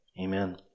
Amen